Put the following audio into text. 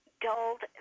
dulled